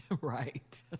Right